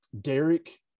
Derek